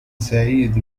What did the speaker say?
سعيد